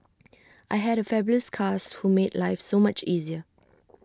I had A fabulous cast who made life so much easier